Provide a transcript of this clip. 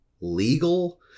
legal